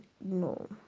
no